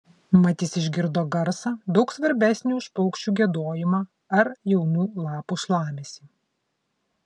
mat jis išgirdo garsą daug svarbesnį už paukščių giedojimą ar jaunų lapų šlamesį